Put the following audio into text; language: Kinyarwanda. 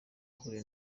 yahuye